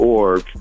org